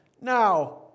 Now